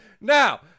Now